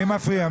מי מפריע?